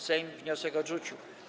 Sejm wniosek odrzucił.